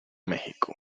méxico